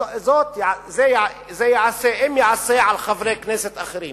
אלא זה ייעשה, אם ייעשה, על חברי כנסת אחרים,